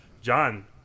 John